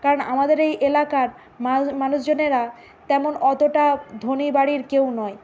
কারণ আমাদের এই এলাকার মানুষজনেরা তেমন অতটা ধনী বাড়ির কেউ নয়